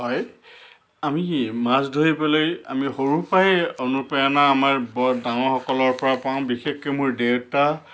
হয় আমি মাছ ধৰিবলৈ আমি সৰুৰ পৰাই অনুপ্ৰেৰণা আমাৰ ব ডাঙৰসকলৰ পৰা পাওঁ বিশেষকৈ মোৰ দেউতা